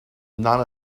none